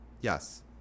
yes